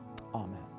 Amen